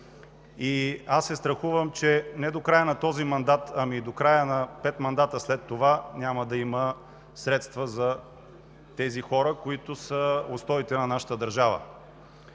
и аз се страхувам, че не до края на този мандат, а до края и на пет мандата след това няма да има средства за тези хора, които са устоите на нашата държава.